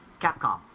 Capcom